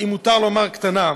אם מותר לומר קטן.